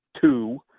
two